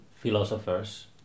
philosophers